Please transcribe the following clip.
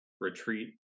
retreat